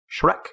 Shrek